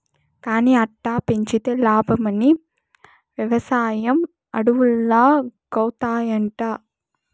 కానీ అట్టా పెంచితే లాబ్మని, వెవసాయం అడవుల్లాగౌతాయంట